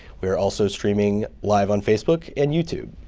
we are also streaming live on facebook and youtube.